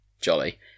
jolly